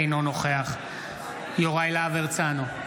אינו נוכח יוראי להב הרצנו,